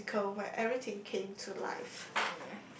a musical where everything came to life